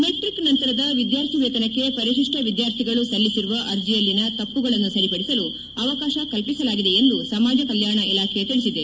metric ನಂತರದ ವಿದ್ಯಾರ್ಥಿ ವೇತನಕ್ಕೆ ಪರಿಶಿಷ್ವ ವಿದ್ಯಾರ್ಥಿಗಳು ಸಲ್ಲಿಸಿರುವ ಅರ್ಜಿಯಲ್ಲಿನ ತಪ್ಪುಗಳನ್ನು ಸರಿಪಡಿಸಲು ಅವಕಾಶ ಕಲ್ಪಿಸಲಾಗಿದೆ ಎಂದು ಸಮಾಜ ಕಲ್ಯಾಣ ಇಲಾಖೆ ತಿಳಿಸಿದೆ